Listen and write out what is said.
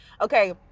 Okay